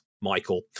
Michael